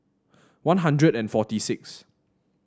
One Hundred and forty six